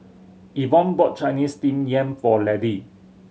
Yvonne bought Chinese Steamed Yam for Laddie